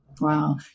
Wow